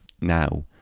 now